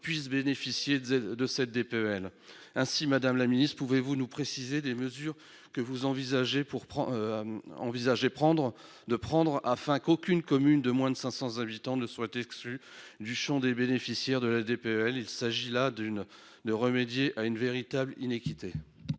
puissent disposer de cette DPEL. Aussi, madame la ministre, quelles mesures envisagez-vous de prendre afin qu'aucune commune de moins de 500 habitants ne soit exclue du champ des bénéficiaires de la DPEL ? Il s'agit de remédier à une véritable iniquité.